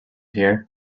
here